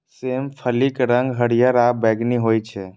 सेम फलीक रंग हरियर आ बैंगनी होइ छै